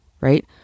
right